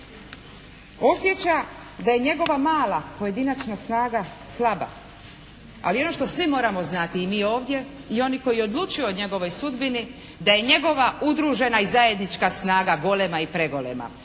Osjeća da je njegova mala pojedinačna snaga slaba, ali ono što svi moramo znati i mi ovdje i oni koji odlučuju o njegovoj sudbini da je njegova udruženja i zajednička snaga golema i pregolema